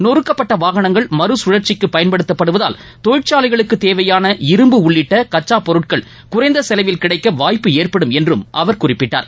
நொருக்கப்பட்ட வாகனங்கள் மறுகழற்சிக்கு பயன்படுத்தப்படுவதால் தொழிற்சாலைகளுக்கு தேவையான இரும்பு உள்ளிட்ட கச்சா பொருட்கள் குறைந்த செலவில் கிளடக்க வாய்ப்பு ஏற்படும் என்றும் அவர் குறிப்பிட்டார்